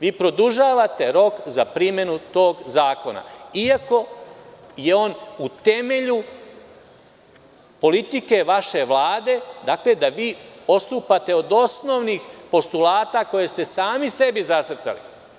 Vi produžavate rok za primenu tog zakona iako je on u temelju politike vaše Vlade, dakle da vi odstupate od osnovnih postulata koje ste sami sebi zacrtali.